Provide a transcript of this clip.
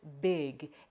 big